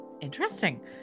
interesting